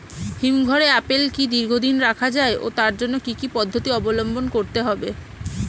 হিমঘরে আপেল কি দীর্ঘদিন রাখা যায় ও তার জন্য কি কি পদ্ধতি অবলম্বন করতে হবে?